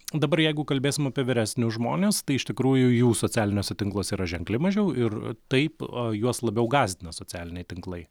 dabar jeigu kalbėsim apie vyresnius žmones tai iš tikrųjų jų socialiniuose tinkluose yra ženkliai mažiau ir taip juos labiau gąsdina socialiniai tinklai